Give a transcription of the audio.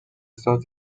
ساز